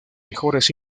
mejores